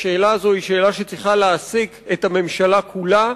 השאלה הזאת היא שאלה שצריכה להעסיק את הממשלה כולה.